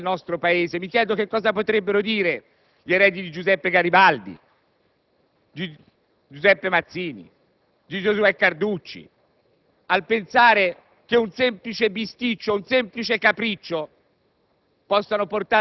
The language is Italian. alla storia del nostro Paese; mi chiedo cosa potrebbero dire gli eredi di Giuseppe Garibaldi, di Giuseppe Mazzini, di Giosuè Carducci al pensiero che un semplice bisticcio o un semplice capriccio